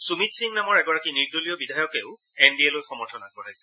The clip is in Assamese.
সুমিত সিং নামৰ এগৰাকী নিৰ্দলীয় বিধায়কেও এন ডি এলৈ সমৰ্থন আগবঢ়াইছে